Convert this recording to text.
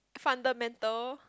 fundamental